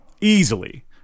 easily